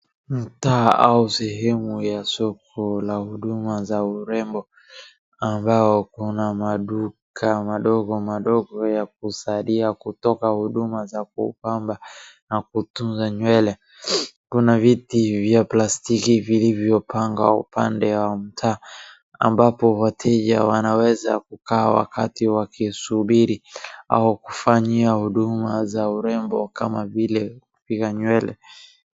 Mtaa au sehemu ya soko la huduma za urembo ambao kuna maduka madogo madogo ya kusalia kutoka huduma za kubamba na kutunza nywele. Kuna viti vya plastiki vilivyopangwa upande wa mtaa ambapo wateja wanaweza kukaa wakati wakisubiri au kufanyia huduma za urembo kama vile kupiga nywele.